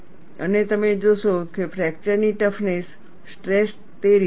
અને તમે જોશો કે ફ્રેકચર ની ટફનેસ સ્ટ્રેસ તે રીતે છે